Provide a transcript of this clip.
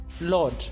Lord